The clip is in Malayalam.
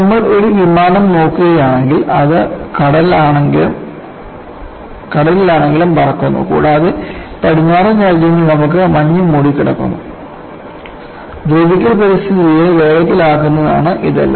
നമ്മൾ ഒരു വിമാനം നോക്കുകയാണെങ്കിൽ അത് കടലാണെങ്കിലും പറക്കുന്നു കൂടാതെ പടിഞ്ഞാറൻ രാജ്യങ്ങളിൽ നമുക്ക് മഞ്ഞ് മൂടി കിടക്കുന്നു ദ്രവിക്കൽ പരിസ്ഥിതിയെ വേഗത്തിൽ ആക്കുന്നതാണ് ഇതെല്ലാം